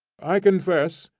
i confess,